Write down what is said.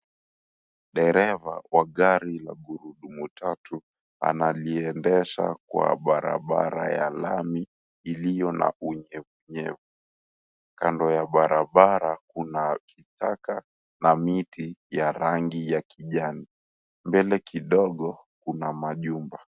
Dereva wa gari la gurudumu tatu analiendesha kwa barabara ya lami iliyo na unyevunyevu. Kando ya barabara kuna kichaka na miti ya rangi ya kijani. Mbele kidogo kuna majumba.